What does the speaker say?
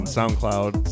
SoundCloud